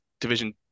Division